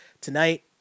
Tonight